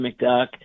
McDuck